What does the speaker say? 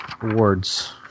awards